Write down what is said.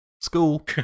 School